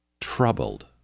troubled